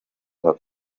hat